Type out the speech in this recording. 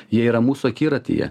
jie yra mūsų akiratyje